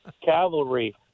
cavalry